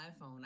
iPhone